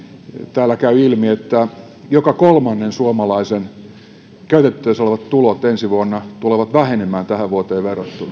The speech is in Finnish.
täällä käy ilmi että joka kolmannen suomalaisen käytettävissä olevat tulot ensi vuonna tulevat vähenemään tähän vuoteen verrattuna